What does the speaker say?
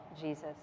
Jesus